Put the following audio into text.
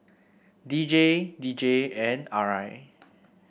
D J D J and R I